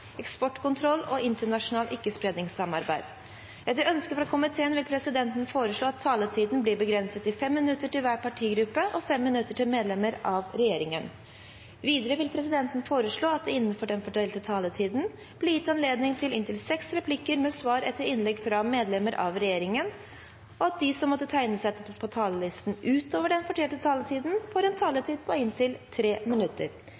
regjeringen. Videre vil presidenten foreslå at det innenfor den fordelte taletid blir gitt anledning til inntil seks replikker med svar etter innlegg fra medlemmer av regjeringen, og at de som måtte tegne seg på talerlisten utover den fordelte taletid, får en taletid på inntil 3 minutter.